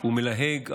הוא מלהג.